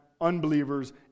unbelievers